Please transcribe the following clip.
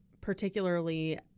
particularly